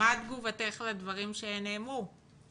על הדברים שנאמרו,